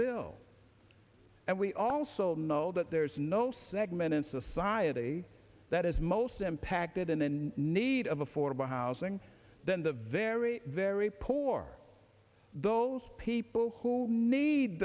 bill and we also know that there's no segment in society that is most impacted and in need of affordable housing than the very very poor those people who need